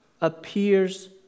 appears